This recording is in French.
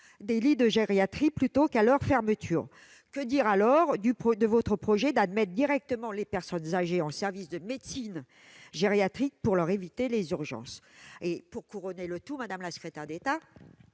de lits en gériatrie plutôt qu'à leur fermeture ... Que dire alors du projet du Gouvernement d'admettre directement les personnes âgées en service de médecine gériatrique pour leur éviter les urgences ? Pour couronner le tout, madame la secrétaire d'État,